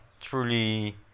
truly